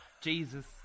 Jesus